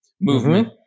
movement